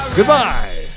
Goodbye